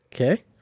Okay